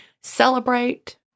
celebrate